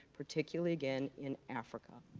particularly, again, in africa?